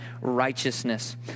righteousness